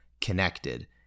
connected